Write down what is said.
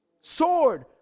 sword